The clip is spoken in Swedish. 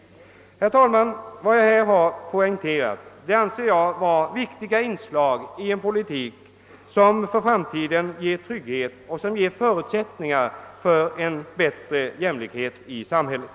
Herr talman! Vad jag här poängterat anser jag vara viktiga inslag i en politik som för framtiden ger trygghet och förutsättningar för en bättre jämlikhet i samhället.